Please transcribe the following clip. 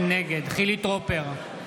נגד חילי טרופר,